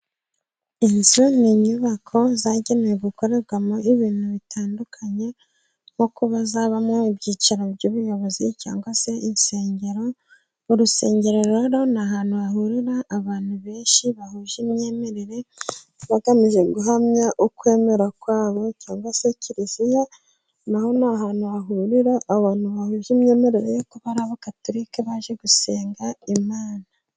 Inzu ni inyubako zagenewe gukorerwamo ibintu bitandukanye, nko kuba zabamo ibyicaro by'ubuyobozi, cyangwa se insengero. Urusengero rero ni ahantu hahurira abantu benshi bahuje imyemerere, bagamije guhamya ukwemera kwabo, cyangwa se kiliziya na ho ni ahantu hahurira abantu bahuza imyeyemerere kuba ari abogatulika baje gusenga Imana.